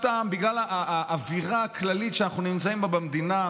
סתם בגלל האווירה הכללית שאנחנו נמצאים בה במדינה,